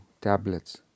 tablets